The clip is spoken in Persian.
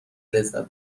لذت